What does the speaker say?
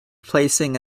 placing